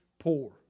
poor